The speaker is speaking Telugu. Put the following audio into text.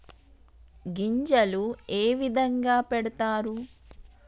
గింజలు ఏ విధంగా పెడతారు?